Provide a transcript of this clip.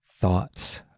thoughts